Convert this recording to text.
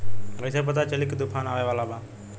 कइसे पता चली की तूफान आवा वाला बा?